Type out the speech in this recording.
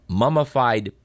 mummified